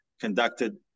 conducted